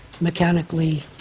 mechanically